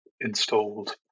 installed